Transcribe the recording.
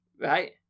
right